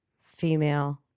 female